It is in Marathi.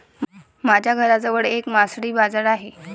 माझ्या घराजवळ एक मासळी बाजार आहे